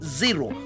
zero